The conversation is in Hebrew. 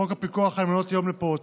1. חוק הפיקוח על מעונות יום לפעוטות,